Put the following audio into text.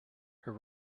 her